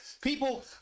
people